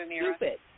stupid